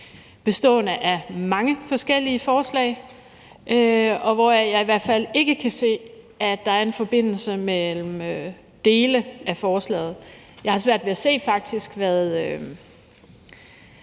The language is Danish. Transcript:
bestående af mange forskellige forslag, og jeg kan i hvert fald ikke se, at der er en forbindelse mellem dele af forslaget. Jeg har faktisk svært ved at se, hvad